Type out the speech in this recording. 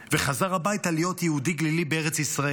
וחזר הביתה להיות יהודי גלילי בארץ ישראל.